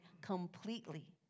completely